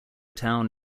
town